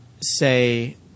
say